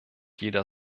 jeder